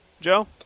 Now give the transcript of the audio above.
Joe